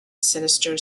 sinister